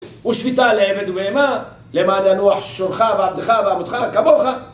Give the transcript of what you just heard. ושביתה לעבד ובהמה, למען ינוח שורך ועבדך ואמתך, כמוך